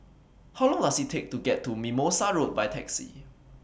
How Long Does IT Take to get to Mimosa Road By Taxi